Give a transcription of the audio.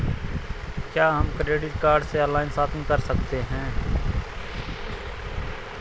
क्या हम credit card से ऑनलाइन शॉपिंग कर सकते हैं?